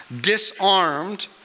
disarmed